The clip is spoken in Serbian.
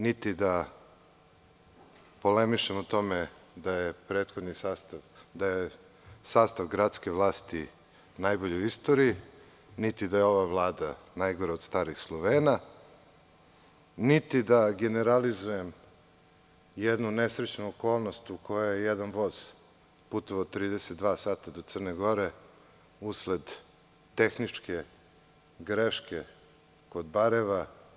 Niti da polemišem o tome da je prethodni sastav, sastav gradske vlasti najbolji u istoriji, niti da je ova Vlada najgora od starih Slovena, niti da generalizujem jednu nesrećnu okolnost u kojoj je jedan voz putovao 32 sata do Crne Gore usled tehničke greške kod Barajeva.